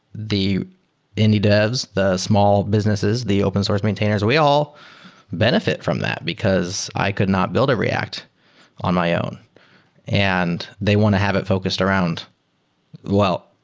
the indie devs, the small businesses, the open source maintainer, we all benefit from that because i could not build a react on my own and they want to have it focused around well,